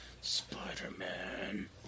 Spider-Man